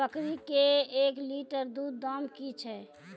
बकरी के एक लिटर दूध दाम कि छ?